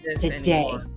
today